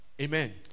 Amen